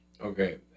Okay